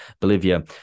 Bolivia